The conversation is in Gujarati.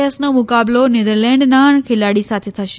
એસ નો મુકાબલો નેધરલેન્ડના ખેલાડી સાથે થશે